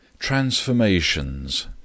Transformations